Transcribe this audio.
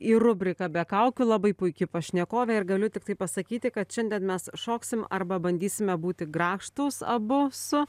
į rubriką be kaukių labai puiki pašnekovė ir galiu tiktai pasakyti kad šiandien mes šoksim arba bandysime būti grakštūs abu su